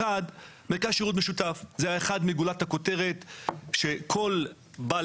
דבר אחד זה מרכז שירות משותף זו אחת מגולות הכותרת שכל בעל